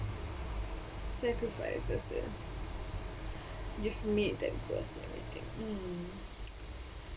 sacrifices that you've made that worth everything